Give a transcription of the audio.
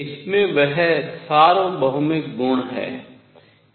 इसमें वह सार्वभौमिक गुण है